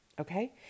Okay